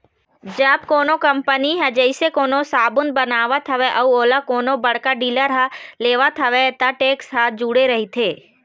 जब कोनो कंपनी ह जइसे कोनो साबून बनावत हवय अउ ओला कोनो बड़का डीलर ह लेवत हवय त टेक्स ह जूड़े रहिथे